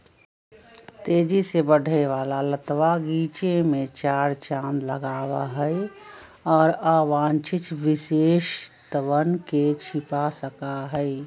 तेजी से बढ़े वाला लतवा गीचे में चार चांद लगावा हई, और अवांछित विशेषतवन के छिपा सका हई